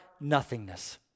nothingness